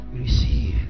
Receive